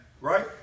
right